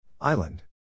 Island